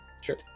sure